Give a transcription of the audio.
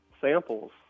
samples